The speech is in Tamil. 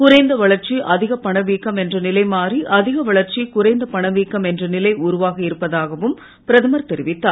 குறைந்த வளர்ச்சி அதிகப் பணவீக்கம் என்ற நிலை மாறி அதிக வளர்ச்சி குறைந்த பணவீக்கம் என்ற நிலை உருவாகி இருப்பதாகவும் பிரதமர் தெரிவித்தார்